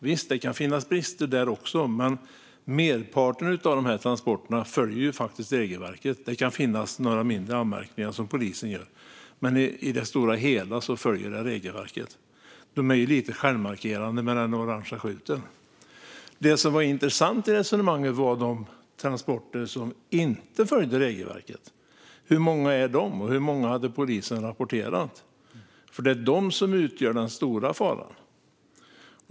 Visst kan det finnas brister där också, men merparten av de här transporterna följer regelverket. Det kan finnas några mindre anmärkningar som polisen gör, men i det stora hela följer de regelverket. Det är lite självmarkerande med den orange skylten. Det som var intressant i resonemanget gällde de transporter som inte följer regelverket. Jag frågade polisen: Hur många är de, och hur många har polisen rapporterat? Det är de som utgör den stora faran.